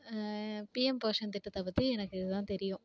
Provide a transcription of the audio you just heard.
PM Poshan திட்டத்தை பற்றி எனக்கு இதுதான் தெரியும்